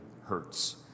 hurts